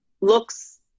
looks